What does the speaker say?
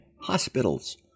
hospitals